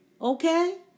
Okay